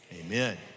Amen